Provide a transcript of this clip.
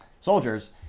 soldiers